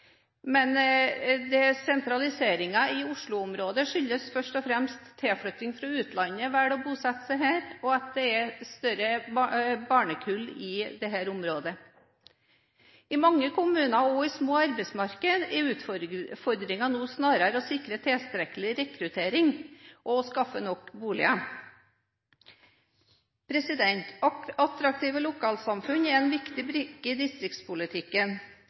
i Oslo-området skyldes først og fremst at tilflytterne fra utlandet velger å bosette seg her, og at det er større barnekull i dette området. I mange kommuner, også i små arbeidsmarkeder, er utfordringen nå snarere å sikre tilstrekkelig rekruttering og skaffe nok boliger. Attraktive lokalsamfunn er en viktig brikke i distriktspolitikken.